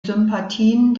sympathien